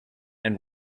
and